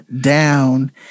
down